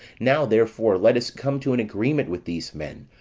now, therefore, let us come to an agreement with these men,